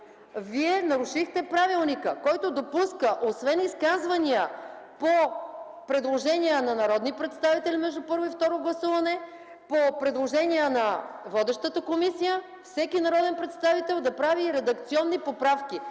Вие нарушихте правилника, който допуска, освен изказвания по предложения на народни представители между първо и второ гласуване, по предложение на водещата комисия, всеки народен представител да прави и редакционни поправки.